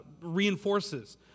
reinforces